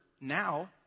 now